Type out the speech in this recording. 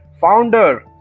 founder